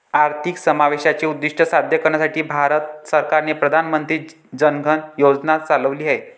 आर्थिक समावेशाचे उद्दीष्ट साध्य करण्यासाठी भारत सरकारने प्रधान मंत्री जन धन योजना चालविली आहेत